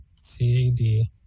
C-A-D